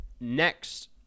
Next